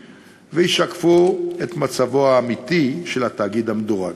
וישקפו את מצבו האמיתי של התאגיד המדורג.